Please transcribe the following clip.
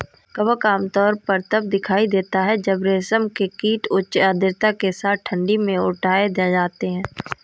कवक आमतौर पर तब दिखाई देता है जब रेशम के कीड़े उच्च आर्द्रता के साथ ठंडी में उठाए जाते हैं